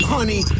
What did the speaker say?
Honey